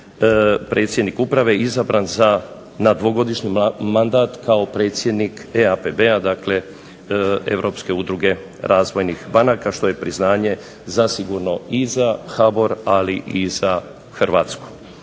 Predsjednik uprave izabran na dvogodišnji mandat kao predsjednik EABB-a dakle Europske udruge razvojnih banaka što je priznanje zasigurno i za HBOR, ali i za Hrvatsku